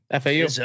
FAU